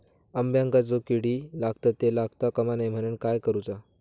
अंब्यांका जो किडे लागतत ते लागता कमा नये म्हनाण काय करूचा?